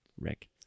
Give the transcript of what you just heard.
Rick